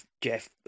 Jeff